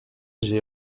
j’ai